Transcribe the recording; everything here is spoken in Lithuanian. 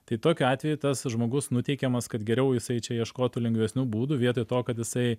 tai tokiu atveju tas žmogus nuteikiamas kad geriau jisai čia ieškotų lengvesnių būdų vietoj to kad jisai